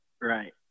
Right